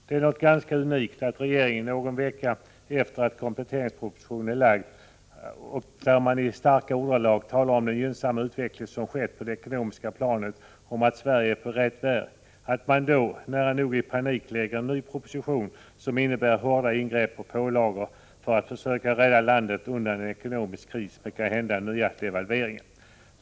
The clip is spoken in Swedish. Det är något ganska unikt att regeringen, någon vecka efter det att kompletteringspropositionen är lagd, i vilken man i starka ordalag talar om den gynnsamma utveckling som skett på det ekonomiska planet och om att Sverige är på rätt väg — nära nog i panik — lägger fram en ny proposition, som innebär hårda ingrepp och pålagor för att försöka rädda landet undan en ekonomisk kris med kanhända nya devalveringar.